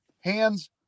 Hands